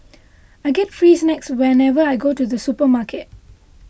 I get free snacks whenever I go to the supermarket